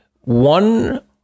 one